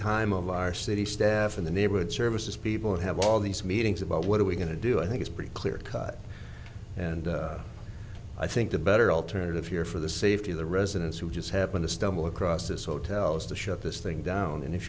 time of our city staff in the neighborhood services people have all these meetings about what are we going to do i think it's pretty clear cut and i think the better alternative here for the safety of the residents who just happen to stumble across this hotel is to shut this thing down and if